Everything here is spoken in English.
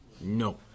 No